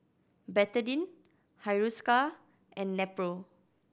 Betadine Hiruscar and Nepro